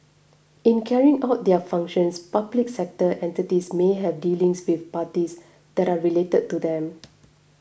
in carrying out their functions public sector entities may have dealings with parties that are related to them